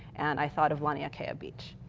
and i thought of laniakea beach.